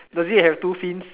does it have two fins